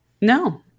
No